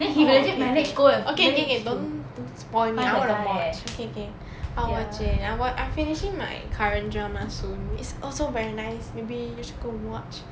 oh okay okay okay okay okay don~ don't spoil me I wanna watch okay K K I'll watch it I finishing my current drama soon it's also very nice maybe should go watch